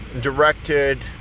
directed